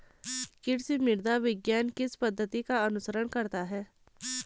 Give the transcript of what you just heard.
कृषि मृदा विज्ञान किस पद्धति का अनुसरण करता है?